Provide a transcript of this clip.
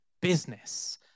business